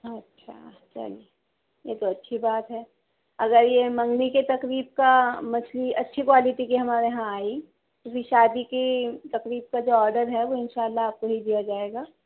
اچھا چلیے یہ تو اچھی بات ہے اگر یہ منگنی کے تقریب کا مچھلی اچھی کوالٹی کی ہمارے یہاں آئی کیونکہ شادی کی تقریب کا جو آڈر ہے وہ ان شاء اللہ آپ کو ہی دیا جائے گا